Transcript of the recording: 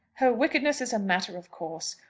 her wickedness is a matter of course.